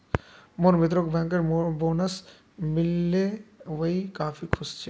मोर मित्रक bankers bonus मिल ले वइ काफी खुश छ